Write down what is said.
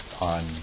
on